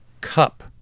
cup